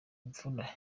mvura